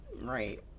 Right